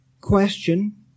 question